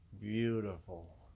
beautiful